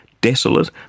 desolate